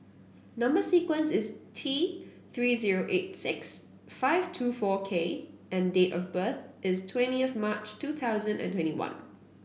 number sequence is T Three zero eight six five two four K and date of birth is twenty of March two thousand and twenty one